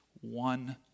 one